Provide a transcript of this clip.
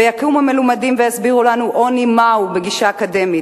ויקומו מלומדים ויסבירו לנו עוני מהו בגישה אקדמית.